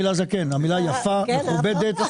נדבר אמת.